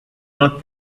not